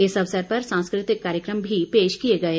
इस अवसर पर सांस्कृतिक कार्यक्रम मी पेश किए गए